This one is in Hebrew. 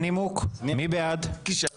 הוא העלה פי שניים יותר.